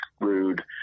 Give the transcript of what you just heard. Rude